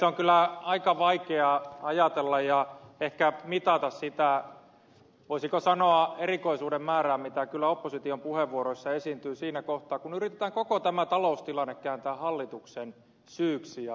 on kyllä aika vaikeaa ajatella ja ehkä mitata sitä voisiko sanoa erikoisuuden määrää mitä kyllä opposition puheenvuoroissa esiintyy siinä kohtaa kun yritetään koko tämä taloustilanne kääntää hallituksen syyksi ja viaksi